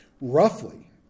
roughly